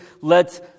lets